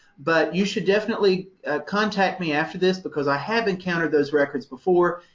but you should definitely contact me after this, because i have encountered those records before.